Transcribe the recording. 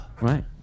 Right